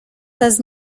das